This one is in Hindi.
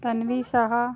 तन्वी शाह